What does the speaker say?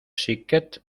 xiquets